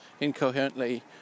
incoherently